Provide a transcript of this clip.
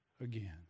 again